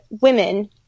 women